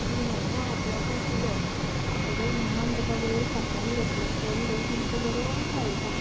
पूण हाणें हात लावपाक दिलो म्हणटकच मम्मान ताका वयर खाक्यांत घेतलो आनी हो सामको बरो खेळटा